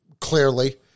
clearly